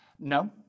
No